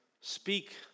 speak